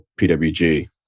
PWG